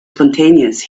spontaneous